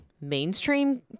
mainstream